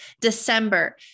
December